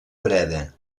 breda